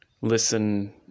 listen